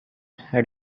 had